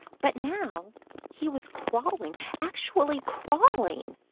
but now he was crawling, actually crawling!